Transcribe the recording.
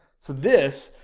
so this,